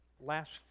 Last